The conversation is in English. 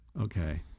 Okay